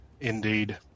Indeed